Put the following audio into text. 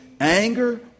anger